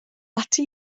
ati